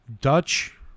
Dutch